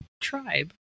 tribe